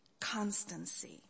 constancy